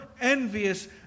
envious